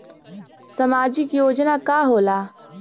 सामाजिक योजना का होला?